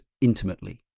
intimately